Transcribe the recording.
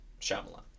Shyamalan